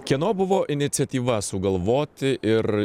kieno buvo iniciatyva sugalvoti ir